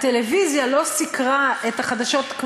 הטלוויזיה לא סיקרה את החדשות,